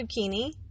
zucchini